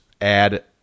add